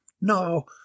No